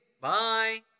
bye